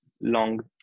long